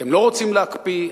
אתם לא רוצים להקפיא?